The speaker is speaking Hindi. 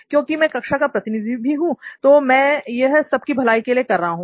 क्योंकि मैं कक्षा का प्रतिनिधि भी हूं तो मैं यह सब की भलाई के लिए कर रहा हूं